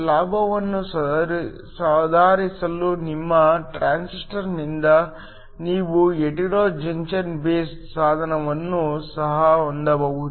ಲಾಭವನ್ನು ಸುಧಾರಿಸಲು ನಿಮ್ಮ ಟ್ರಾನ್ಸಿಸ್ಟರ್ನಿಂದ ನೀವು ಹೆಟೆರೊ ಜಂಕ್ಷನ್ ಬೇಸ್ ಸಾಧನವನ್ನು ಸಹ ಹೊಂದಬಹುದು